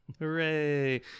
Hooray